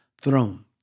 throne